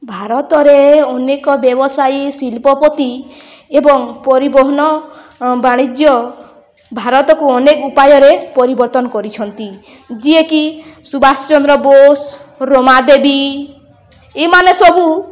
ଭାରତରେ ଅନେକ ବ୍ୟବସାୟୀ ଶିଳ୍ପପତି ଏବଂ ପରିବହନ ବାଣିଜ୍ୟ ଭାରତକୁ ଅନେକ ଉପାୟରେ ପରିବର୍ତ୍ତନ କରିଛନ୍ତି ଯିଏକି ସୁବାଷ ଚନ୍ଦ୍ର ବୋଷ ରମାଦେବୀ ଏମାନେ ସବୁ